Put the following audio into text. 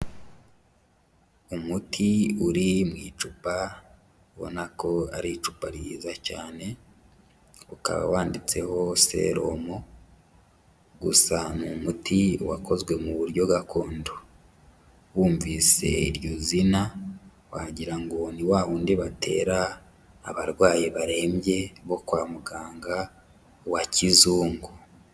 Umuti uri mu icupa ubona ko ari icupa ryiza cyane, ukaba wanditseho serumo gusa ni umuti wakozwe mu buryo gakondo, wumvise iryo zina wagira ngo ni wa wundi batera abarwayi barembye bo kwa muganga wa kizungu.